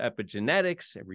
epigenetics